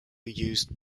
used